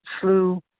slew